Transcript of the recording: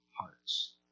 hearts